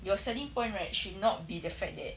your selling point right should not be the fact that